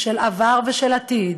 של עבר ושל עתיד,